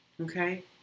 okay